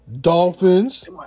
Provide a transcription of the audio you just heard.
Dolphins